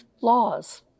laws